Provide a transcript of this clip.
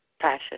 passion